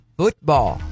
football